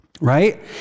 right